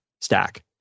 stack